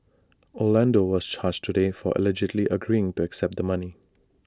Orlando was charged today for allegedly agreeing to accept the money